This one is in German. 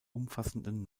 umfassenden